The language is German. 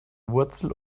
wurzel